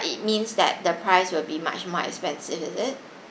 it means that the price will be much more expensive is it